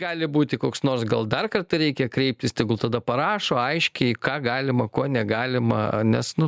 gali būti koks nors gal dar kartą reikia kreiptis tegul tada parašo aiškiai ką galima ko negalima nes nu